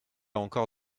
encore